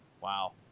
Wow